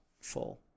full